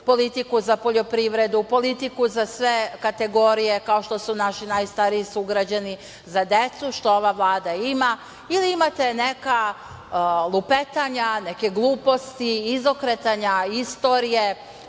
politiku za poljoprivredu, politiku za sve kategorije kao što su naši najstariji sugrađani, za decu, što ova Vlada ima ili imate neka lupetanja, neke gluposti, izokretanja istorije,